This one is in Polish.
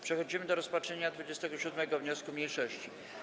Przechodzimy do rozpatrzenia 27. wniosku mniejszości.